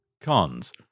Cons